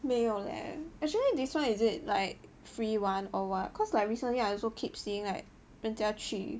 没有 leh actually this one is it like free one or what cause like recently I also keep seeing like 人家去